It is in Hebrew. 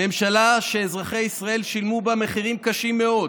ממשלה שאזרחי ישראל שילמו בה מחירים קשים מאוד